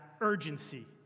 urgency